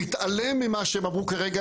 להתעלם ממה שהם אמרו כרגע,